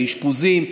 לאשפוזים,